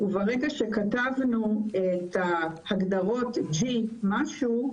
ברגע שכתבנו את ההגדרות G משהו,